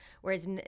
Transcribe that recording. Whereas